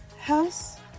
house